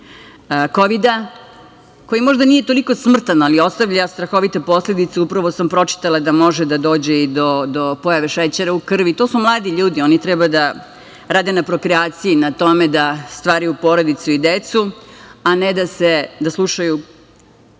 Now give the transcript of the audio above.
Kovida, koji nije možda toliko smrtan, ali ostavlja strahovite posledice. Upravo sam pročitala da može da dođe i do pojave šećera u krvi. To su mladi ljudi, oni treba da rade na prokreaciji, na tome da stvaraju porodicu i decu, a ne da slušaju